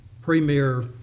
premier